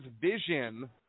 vision